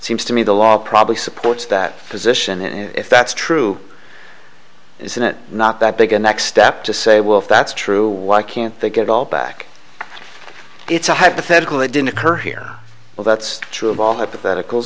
seems to me the law probably supports that position and if that's true isn't it not that big a next step to say wolf that's true why can't they get all back it's a hypothetical it didn't occur here well that's true of all hypothetical